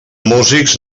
músics